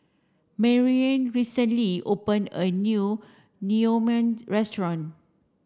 Maryanne recently opened a new Naengmyeon restaurant